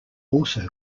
also